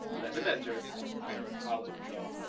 let him enter i ll withdraw.